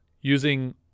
using